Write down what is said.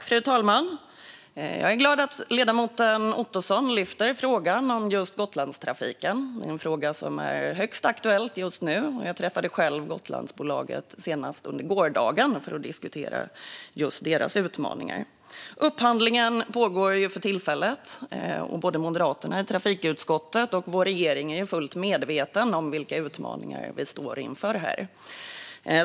Fru talman! Jag är glad att ledamoten Ottosson lyfter frågan om Gotlandstrafiken. Det är en fråga som är högst aktuell just nu. Jag träffade själv Gotlandsbolaget senast under gårdagen för att diskutera deras utmaningar. Upphandlingen pågår för tillfället, och både moderaterna i trafikutskottet och vår regering är fullt medvetna om vilka utmaningar vi står inför här.